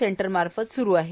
सेंटरमार्फत स्रु आहे